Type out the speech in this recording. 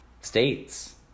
States